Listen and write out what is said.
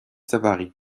savary